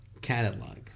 catalog